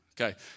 Okay